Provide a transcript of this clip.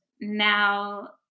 now